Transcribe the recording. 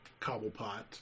Cobblepot